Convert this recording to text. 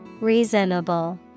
Reasonable